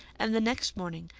and the next morning,